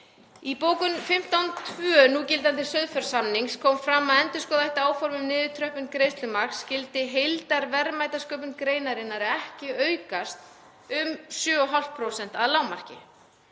Í bókun 15.2 í núgildandi sauðfjársamningi kom fram að endurskoða ætti áform um niðurtröppun greiðslumarks skyldi heildarverðmætasköpun greinarinnar ekki aukast um 7,5% að lágmarki,